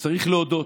צריך להודות,